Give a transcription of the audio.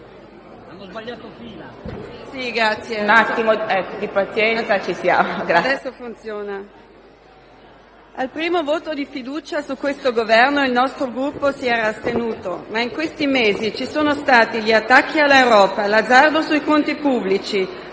al primo voto di fiducia su questo Governo il nostro Gruppo si era astenuto, ma in questi mesi ci sono stati gli attacchi all'Europa, l'azzardo sui conti pubblici